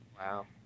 wow